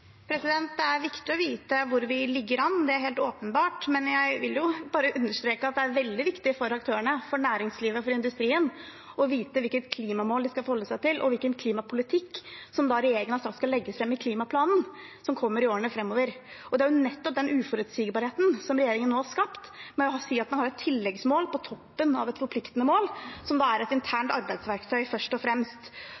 Det åpnes for oppfølgingsspørsmål – først Mathilde Tybring-Gjedde. Det er viktig å vite hvordan vi ligger an, det er helt åpenbart, men jeg vil bare understreke at det er veldig viktig for aktørene, for næringslivet og for industrien å vite hvilket klimamål de skal forholde seg til, og hvilken klimapolitikk – som regjeringen har sagt skal legges fram i klimaplanen – som kommer i årene framover. Det er nettopp den uforutsigbarheten regjeringen nå har skapt, ved å si at man har et tilleggsmål på toppen av et forpliktende mål, som først og fremst er et